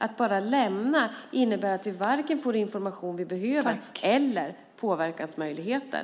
Att bara lämna samarbetet innebär att vi varken får den information som vi behöver eller påverkansmöjligheter.